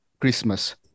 Christmas